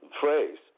phrase